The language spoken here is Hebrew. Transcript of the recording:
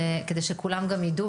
כדי שגם כולם יידעו,